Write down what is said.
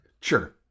Sure